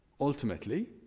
ultimately